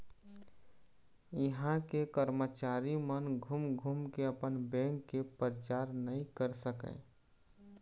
इहां के करमचारी मन घूम घूम के अपन बेंक के परचार नइ कर सकय